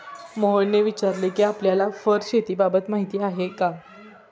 मोहनने विचारले कि आपल्याला फर शेतीबाबत माहीती आहे का?